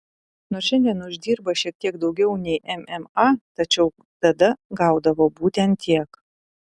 nors šiandien uždirba šiek tiek daugiau nei mma tačiau tada gaudavo būtent tiek